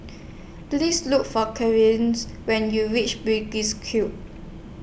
Please Look For when YOU REACH Bugis Cube